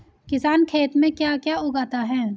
किसान खेत में क्या क्या उगाता है?